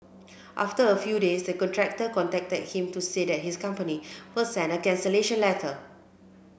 after a few days the contractor contacted him to say that his company will send a cancellation letter